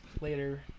later